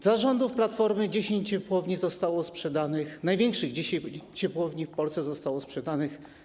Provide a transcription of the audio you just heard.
Za rządów Platformy 10 ciepłowni zostało sprzedanych, 10 największych dzisiaj ciepłowni w Polsce zostało sprzedanych.